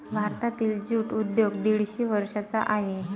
भारतातील ज्यूट उद्योग दीडशे वर्षांचा आहे